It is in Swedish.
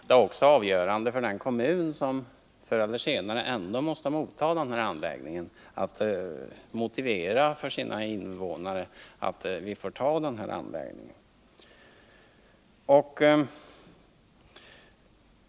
Det är också avgörande för om den kommun dit anläggningen förr eller senare ändå måste lokaliseras skall kunna motivera för sina invånare att kommunen tar emot anläggningen.